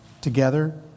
together